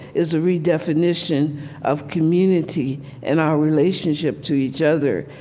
is a redefinition of community and our relationship to each other.